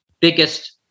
biggest